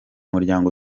muryango